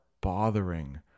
bothering